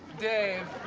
dave,